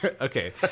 Okay